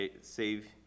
save